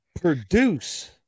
produce